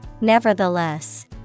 Nevertheless